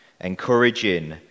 encouraging